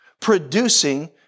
producing